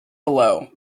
below